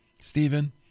Stephen